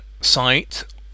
site